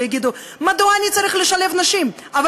ויגידו: מדוע אני צריך לשלב נשים אבל